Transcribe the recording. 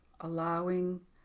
allowing